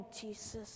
Jesus